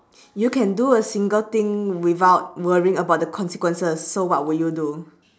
you can do a single thing without worrying about the consequences so what would you do